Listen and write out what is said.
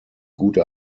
gute